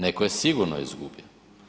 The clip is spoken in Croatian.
Neko je sigurno izgubio.